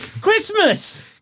Christmas